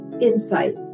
insight